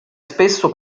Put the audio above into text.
spesso